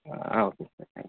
ah okay sir thank you